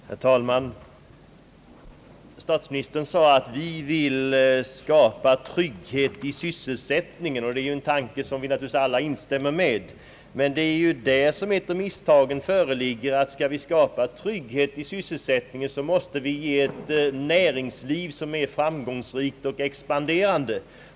Herr talman! Statsministern sade att regeringen vill skapa trygghet i sysselsättningen. Det är ju en uppfattning som alla delar. Men det är där som ett av regeringens misstag föreligger. Skall vi skapa trygghet i sysselsättningen, måste vi ha ett näringsliv som är framgångsrikt och expanderande.